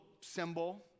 symbol